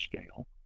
scale